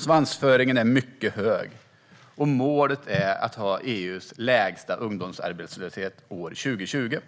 Svansföringen är mycket hög - målet är att ha EU:s lägsta ungdomsarbetslöshet år 2020.